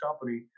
company